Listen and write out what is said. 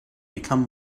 become